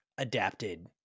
adapted